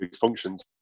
functions